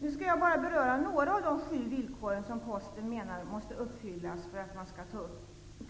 Jag skall bara beröra några av de sju villkor som Posten menar måste uppfyllas för att Posten skall